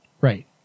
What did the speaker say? right